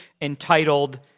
entitled